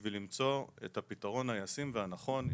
בשביל למצוא את הפתרון הישים והנכון,